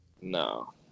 No